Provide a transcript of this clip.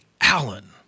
Allen